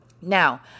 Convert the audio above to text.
Now